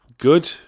Good